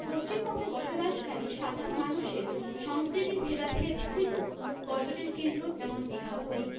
পশ্চিমবঙ্গে বসবাসকারী সাধারণ মানুষের সংস্কৃতির ভেদাভেদ হেতু পর্যটন কেন্দ্র যেমন দিঘা পুরী